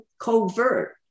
covert